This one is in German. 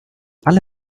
alle